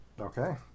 Okay